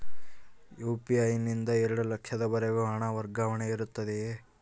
UPI ನಿಂದ ಎರಡು ಲಕ್ಷದವರೆಗೂ ಹಣ ವರ್ಗಾವಣೆ ಇರುತ್ತದೆಯೇ?